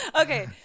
okay